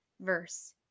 verse